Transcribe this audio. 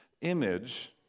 Image